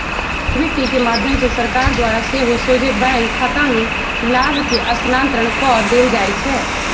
DBT के माध्यम से सरकार द्वारा सेहो सोझे बैंक खतामें लाभ के स्थानान्तरण कऽ देल जाइ छै